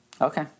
Okay